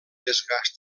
desgast